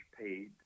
paid